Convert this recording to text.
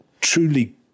truly